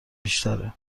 بیشتره